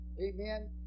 amen